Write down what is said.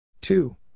Two